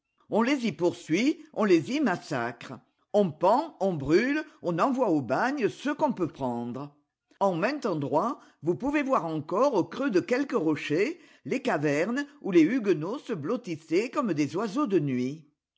on les y poursuit on les y massacre on pend on brûle on envoie au bagne ceux qu'on peut prendre en maint endroit vous pouvez voir encore au creux de quelque rocher les cavernes où les huguenots se blottissaient comme des oiseaux de nuit